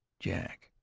jack.